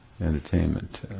entertainment